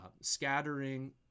scattering